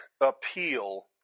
appeal